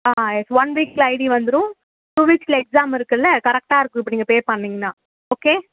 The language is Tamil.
ஆ ஆ எஸ் ஒன் வீக்ல ஐடி வந்துடும் டூ வீக்ஸில் எக்ஸாம் இருக்குதுல்ல கரெக்டாயிருக்கும் இப்போ நீங்கள் பே பண்ணீங்கன்னா ஓகே